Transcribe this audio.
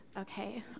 Okay